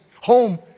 home